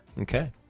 Okay